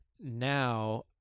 now